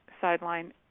Sideline